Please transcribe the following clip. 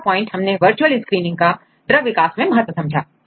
चौथा पॉइंट हमने virtual screening का ड्रग विकास में महत्त्व समझा